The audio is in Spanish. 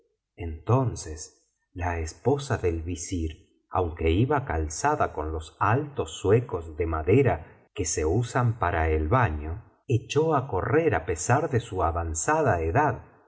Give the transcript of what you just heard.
entonces la esposa del visir aunque iba calzada con los altos zuecos de madera que se usan para el baño echó á correr á pesar de su avanzada edad